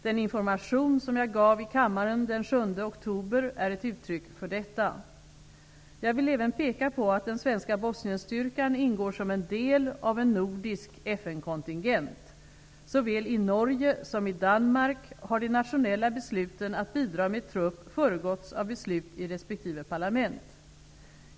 Den information som jag gav i kammaren den 7 oktober är ett uttryck för detta. Jag vill även peka på att den svenska Bosnienstyrkan ingår som en del av en nordisk FN kontingent. Såväl i Norge som i Danmark har de nationella besluten att bidra med trupp föregåtts av beslut i resp. parlament.